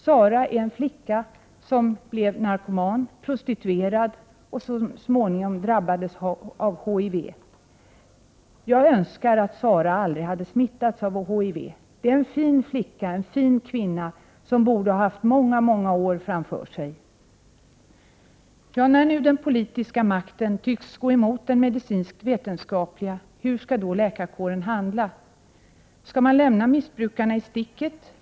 Sara är en flicka som blev narkoman, prostituerad, och så småningom drabbades hon av HIV. Jag önskar att Sara aldrig hade smittats av HIV. Det är en fin flicka som borde ha haft många år framför sig. Hur skall då läkarkåren handla nu när den politiska makten tycks gå emot den medicinskt vetenskapliga? Skall man lämna missbrukarna i sticket?